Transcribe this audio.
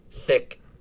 Thick